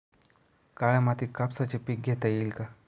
काळ्या मातीत कापसाचे पीक घेता येईल का?